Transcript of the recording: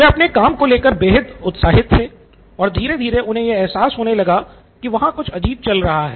वह अपने काम को लेकर बेहद उत्साहित थे और धीरे धीरे उन्हे यह एहसास होने लगा कि वहाँ कुछ अजीब चल रहा है